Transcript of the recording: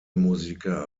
musiker